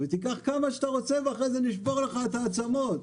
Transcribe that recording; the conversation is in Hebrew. תיקח כמה שאתה רוצה ואחרי זה נשבור לך את העצמות.